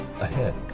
ahead